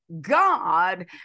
God